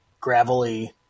gravelly